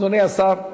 אדוני השר.